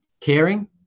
caring